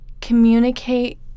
communicate